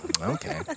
Okay